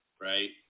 right